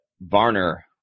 Varner